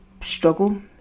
struggle